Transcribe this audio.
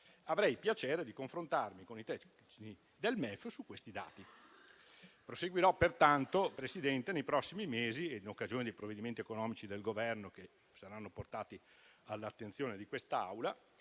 Avrei piacere di confrontarmi con i tecnici del MEF su questi dati. Proseguirò pertanto, Presidente, nei prossimi mesi e in occasione dei provvedimenti economici del Governo che saranno portati all'attenzione di quest'Aula,